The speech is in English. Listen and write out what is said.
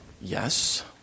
yes